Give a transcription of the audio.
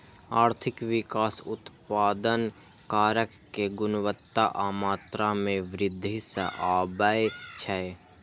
आर्थिक विकास उत्पादन कारक के गुणवत्ता आ मात्रा मे वृद्धि सं आबै छै